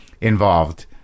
involved